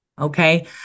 Okay